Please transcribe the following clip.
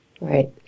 Right